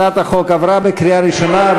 הצעת החוק עברה בקריאה ראשונה,